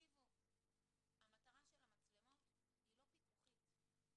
המטרה של המצלמות היא לא פיקוחית,